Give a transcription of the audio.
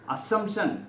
Assumption